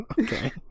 Okay